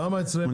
למה?